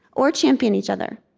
or champion each other.